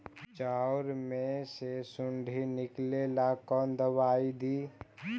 चाउर में से सुंडी निकले ला कौन दवाई दी?